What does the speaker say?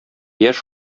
яшь